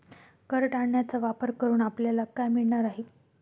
कर टाळण्याचा वापर करून आपल्याला काय मिळणार आहे?